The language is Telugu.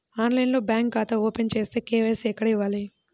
ఆన్లైన్లో బ్యాంకు ఖాతా ఓపెన్ చేస్తే, కే.వై.సి ఎక్కడ ఇవ్వాలి?